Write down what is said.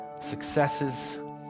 successes